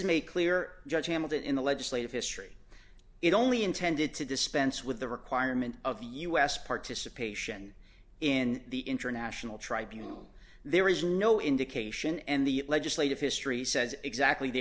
made clear judge hamilton in the legislative history it only intended to dispense with the requirement of u s participation in the international tribunals there is no indication and the legislative history says exactly the